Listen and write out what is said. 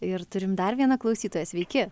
ir turim dar vieną klausytoją sveiki